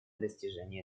достижения